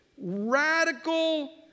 radical